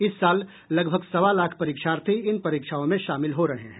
इस साल लगभग सवा लाख परीक्षार्थी इन परीक्षाओं में शामिल हो रहे हैं